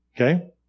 Okay